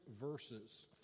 verses